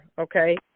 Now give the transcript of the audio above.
okay